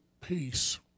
peace